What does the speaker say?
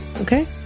Okay